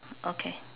okay